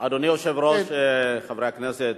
אדוני היושב-ראש, חברי הכנסת,